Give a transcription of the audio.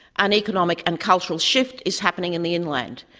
an economic and cultural shift is happening in the inland,